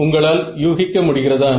உங்களால் யூகிக்க முடிகிறதா